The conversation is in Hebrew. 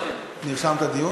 נרשמת לדיון?